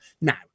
Now